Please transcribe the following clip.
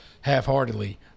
half-heartedly